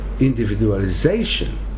individualization